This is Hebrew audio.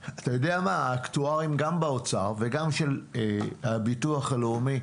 אקטוארים גם באוצר וגם של הביטוח הלאומי,